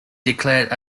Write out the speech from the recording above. declared